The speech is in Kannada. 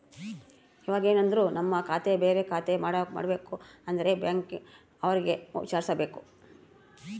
ಇವಾಗೆನದ್ರು ನಮ್ ಖಾತೆ ಬೇರೆ ಖಾತೆ ಮಾಡ್ಬೇಕು ಅಂದ್ರೆ ಬ್ಯಾಂಕ್ ಅವ್ರಿಗೆ ವಿಚಾರ್ಸ್ಬೇಕು